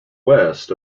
west